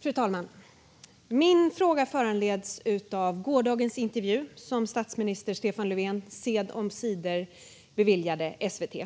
Fru talman! Min fråga föranleds av gårdagens intervju, som statsminister Stefan Löfven sent omsider beviljade SVT.